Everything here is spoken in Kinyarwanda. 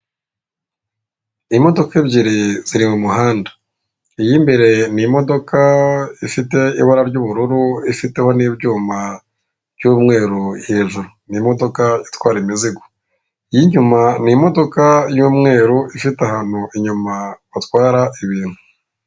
Imodoka ebyiri ziri mu muhanda, iy'imbere ni imodoka ifite ibara ry'ubururu ifiteho n'ibyuma by'umweru hejuru ni imodoka itwara imizigo, iy'inyuma ni imodoka y'umweru ifite ahantu inyuma batwara ibintu.